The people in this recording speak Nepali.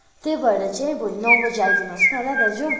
त्यही भएर चाहिँ भोलि नौ बजी आइदिनुहोस् न ल दाजु